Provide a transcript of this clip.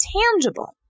tangible